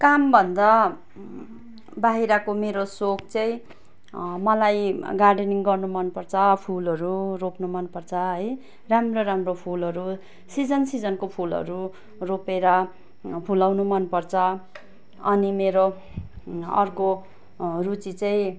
काम भन्दा बाहिरको मेरो सोख चाहिँ मलाई गार्डनिङ गर्नु मन पर्छ फुलहरू रोप्नु मन पर्छ है राम्रो राम्रो फुलहरू सिजन सिजनको फुलहरू रोपेर फुलाउनु मन पर्छ अनि मेरो अर्को रुचि चाहिँ